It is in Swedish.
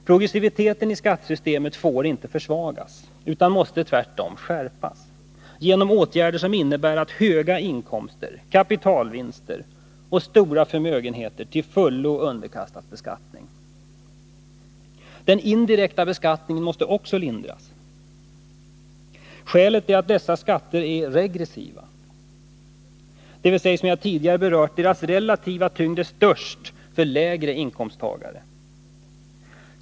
Progressiviteten i skattesystemet får inte försvagas utan måste tvärtom skärpas, genom åtgärder som innebär att höga inkomster, kapitalvinster och stora förmögenheter till fullo underkastas beskattning. Den indirekta beskattningen måste också lindras. Skälet är att dessa skatter är regressiva, dvs. — som jag tidigare berört — deras relativa tyngd är störst för lägre inkomsttagare.